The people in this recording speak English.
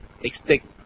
expect